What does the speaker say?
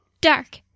Dark